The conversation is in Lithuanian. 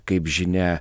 kaip žinia